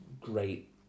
great